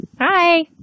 Hi